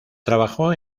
trabajó